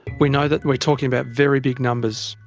we know that we're talking about very big numbers,